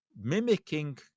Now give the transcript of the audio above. mimicking